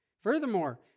Furthermore